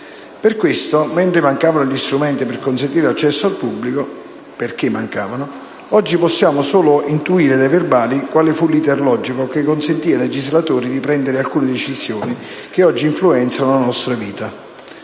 Per questo, dato che allora mancavano gli strumenti per consentire l'accesso al pubblico - perché mancavano - oggi possiamo solo intuire dai verbali quale fu l'*iter* logico che consentì ai Costituenti di prendere alcune decisioni che oggi influenzano la nostra vita.